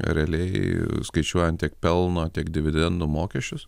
realiai skaičiuojant tiek pelno tiek dividendų mokesčius